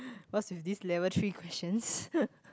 what's with this level three questions